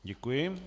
Děkuji.